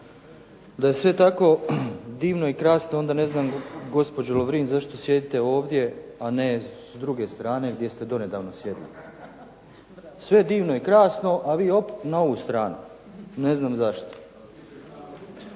Da je sve tako divno i krasno onda neznam gospođo Lovrin zašto sjedite ovdje, a ne s druge strane gdje ste donedavno sjedili. Sve divno i krasno a vi hop na ovu stranu, ne znam zašto.